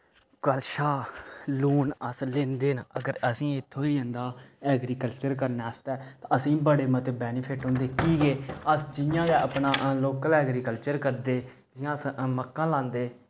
कशा लोन अस लैंदे न अगर असें ई एह् थ्होई जंदा ऐग्रीकल्चर करने आस्तै असें बड़े मते बैनिफिट होंदे की के अस जि'यां गै अपना लोकल ऐग्रीकल्चर करदे जि'यां अस मक्कां लांदे